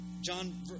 John